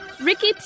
Ricky